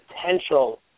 potential